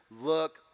look